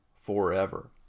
forever